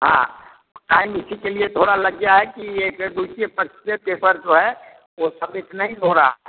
हाँ टाइम इसी के लिए थोड़ा लग गया है कि एक दूसरे पक्ष के पेपर जो है वह सबमिट नहीं हो रहा है